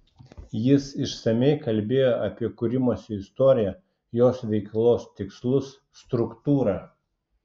jis išsamiai kalbėjo apie kūrimosi istoriją jos veiklos tikslus struktūrą